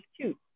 cute